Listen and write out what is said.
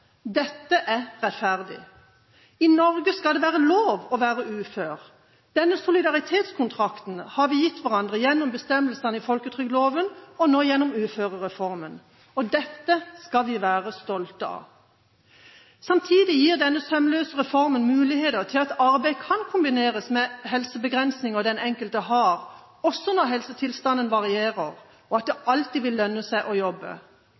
dette er rettferdig. I Norge skal det være lov å være ufør. Denne solidaritetskontrakten har vi gitt hverandre gjennom bestemmelsene i folketrygdloven og nå gjennom uførereformen. Dette skal vi være stolte av. Samtidig gir denne sømløse reformen muligheter til at arbeid kan kombineres med helsebegrensinger som den enkelte har, også når helsetilstanden varierer, og at det alltid vil lønne seg å jobbe.